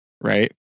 Right